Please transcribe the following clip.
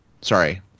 sorry